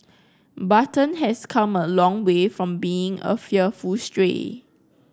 button has come a long way from being a fearful stray